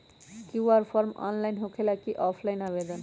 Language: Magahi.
कियु.आर फॉर्म ऑनलाइन होकेला कि ऑफ़ लाइन आवेदन?